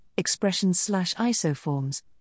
expressions-slash-isoforms